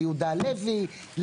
ליהודה הלוי.